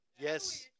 Yes